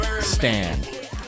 Stand